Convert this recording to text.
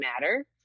matter